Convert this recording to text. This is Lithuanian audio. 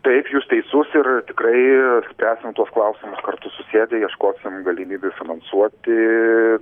taip jūs teisus ir tikrai spręsim tuos klausimus kartu susėdę ieškosim galimybių finansuoti